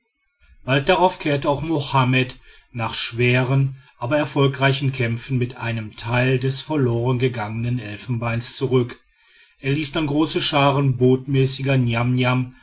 bald darauf kehrte auch mohammed nach schweren aber erfolgreichen kämpfen mit einem teil des verlorengegangenen elfenbeins zurück er ließ dann große scharen botmäßiger